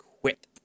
quit